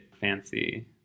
fancy